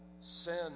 Sin